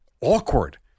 Awkward